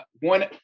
One